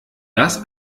das